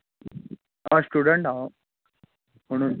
हय स्टुडंट हांव म्हणून